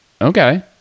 okay